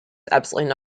absolutely